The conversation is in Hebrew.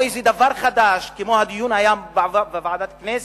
או איזה דבר חדש, כמו הדיון היום בוועדת הכנסת,